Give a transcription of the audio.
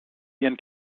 ihren